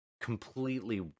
completely